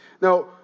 Now